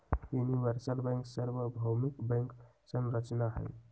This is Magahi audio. यूनिवर्सल बैंक सर्वभौमिक बैंक संरचना हई